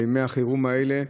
בימי החירום האלה.